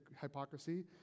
hypocrisy